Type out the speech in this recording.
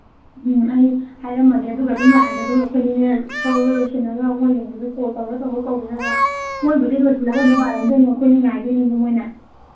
ꯎꯝ ꯑꯩ ꯍꯥꯏꯔꯝꯃꯒꯦ ꯑꯗꯨꯒ ꯑꯗꯨꯝ ꯂꯥꯛꯑꯒꯦ ꯑꯗꯨꯒ ꯑꯩꯈꯣꯏ ꯑꯅꯤꯅꯦ ꯐꯠ ꯐꯠ ꯂꯧꯁꯤꯟꯅꯔꯒ ꯃꯈꯣꯏꯁꯤꯡꯁꯨ ꯀꯣꯜ ꯇꯧꯔ ꯇꯧꯔꯒ ꯀꯧꯕꯤꯅꯕ ꯃꯈꯣꯏꯕꯨꯗꯤ ꯂꯣꯏꯁꯤꯜꯂꯒ ꯑꯗꯨꯝ ꯉꯥꯏꯔꯝꯒꯗꯣꯏꯅꯤ ꯑꯩꯈꯣꯏ ꯑꯅꯤ ꯉꯥꯏꯗꯣꯏꯅꯦꯕ ꯃꯈꯣꯏꯅ